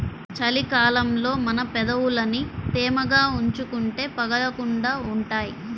చలి కాలంలో మన పెదవులని తేమగా ఉంచుకుంటే పగలకుండా ఉంటాయ్